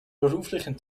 beruflichen